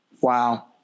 Wow